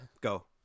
go